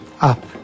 up